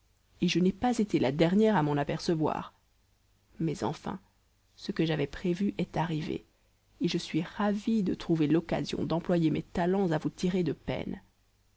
et je n'ai pas été la dernière à m'en apercevoir mais enfin ce que j'avais prévu est arrivé et je suis ravie de trouver l'occasion d'employer mes talents à vous tirer de peine